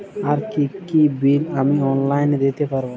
আর কি কি বিল আমি অনলাইনে দিতে পারবো?